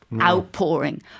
outpouring